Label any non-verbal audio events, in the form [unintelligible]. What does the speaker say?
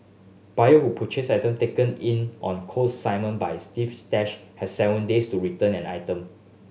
buyer who purchase item taken in on consignment by [unintelligible] Stash has seven days to return an item